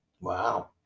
wow